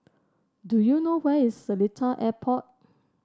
do you know where is Seletar Airport